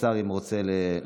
האם השר רוצה לסכם?